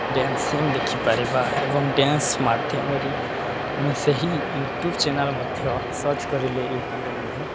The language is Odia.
ଡ୍ୟାନ୍ସିଂ ଦେଖିପାରିବା ଏବଂ ଡ୍ୟାନ୍ସ ମାଧ୍ୟମରେ ଆମେ ସେହି ୟୁଟ୍ୟୁବ୍ ଚ୍ୟାନେଲ୍ ମଧ୍ୟ ସର୍ଚ୍ଚ କରିଲେ ୟୁଟ୍ୟୁବ୍ରେ ମଧ୍ୟ